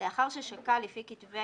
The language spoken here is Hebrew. לאחר ששקל לפי כתבי